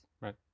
right